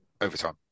overtime